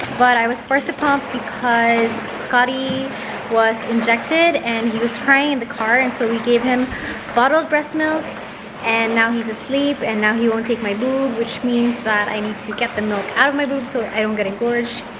but i was forced to pump because scottie was injected and he was crying in the car. and so we gave him bottled breast milk and now he's asleep and now he won't take my boob, which means that i need to get the milk out of my boob so i don't get engorged.